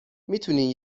میتونی